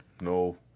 No